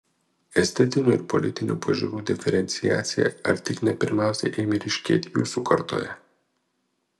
estetinių ir politinių pažiūrų diferenciacija ar tik ne pirmiausia ėmė ryškėti jūsų kartoje